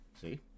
See